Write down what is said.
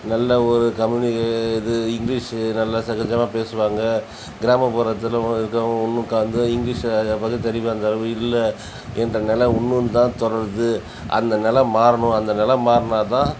நல்லா ஒரு கம்யூனிகேட் இது இங்கிலீஷு நல்லா சகஜமாக பேசுவாங்க கிராமப்புறத்தில் இருக்கிறவங்க ஒன்றும் இங்கிலீஷை பகுத்தறிவு அந்த அளவுக்கு இல்லை என்ற நெலை இன்னும் தான் தொடருது அந்த நெலை மாறணும் அந்த நெலை மாறினாதான்